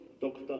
Dr